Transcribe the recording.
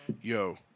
Yo